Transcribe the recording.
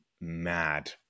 mad